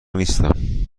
نیستم